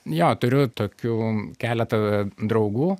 jo turiu tokių keletą draugų